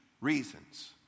reasons